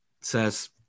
says